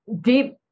deep